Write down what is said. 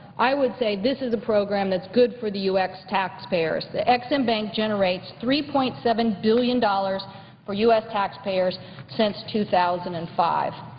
i would say this is a program that's good for the u s. taxpayers. the ex-im bank generates three point seven billion dollars for u s. taxpayers since two thousand and five.